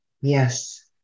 Yes